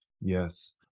Yes